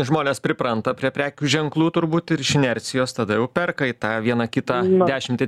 žmonės pripranta prie prekių ženklų turbūt ir iš inercijos tada jau perka į tą vieną kitą dešimtį